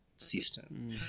system